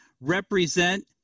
represent